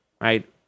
Right